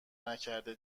نکرده